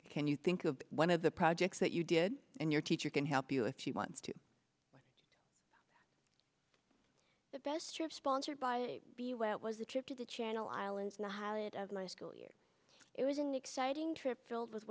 can you think of one of the projects that you did and your teacher can help you if she wants to with this trip sponsored by the way it was a trip to the channel islands the highlight of my school year it was an exciting trip filled with